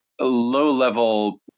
low-level